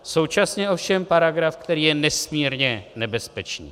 Současně ovšem paragraf, který je nesmírně nebezpečný.